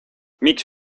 miks